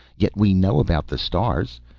yet we know about the stars.